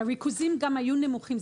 והריכוזים גם היו נמוכים.